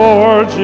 Lord